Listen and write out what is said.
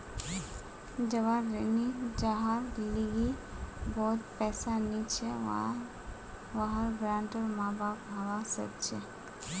जवान ऋणी जहार लीगी बहुत पैसा नी छे वहार गारंटर माँ बाप हवा सक छे